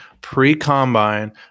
pre-combine